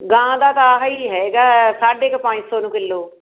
ਗਾਂ ਦਾ ਤਾਂ ਆਹੀ ਹੈਗਾ ਸਾਢੇ ਕੁ ਪੰਜ ਸੌ ਨੂੰ ਕਿਲੋ